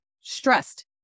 stressed